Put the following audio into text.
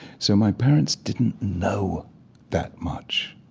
so my parents didn't know that much.